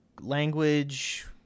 language